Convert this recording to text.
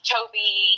Toby